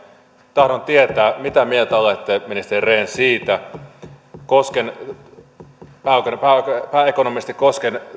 tahdon tietää mitä mieltä olette ministeri rehn siitä pääekonomisti kosken